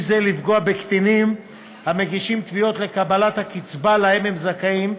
זה לפגוע בקטינים המגישים תביעות לקבלת הקצבה שלה הם זכאים,